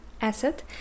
asset